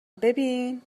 ببین